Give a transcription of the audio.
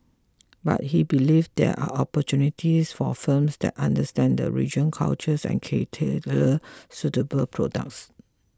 but he believes there are opportunities for firms that understand the region cultures and key tailor suitable products